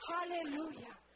Hallelujah